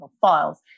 files